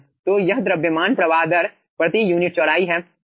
तो यह द्रव्यमान प्रवाह दर प्रति यूनिट चौड़ाई है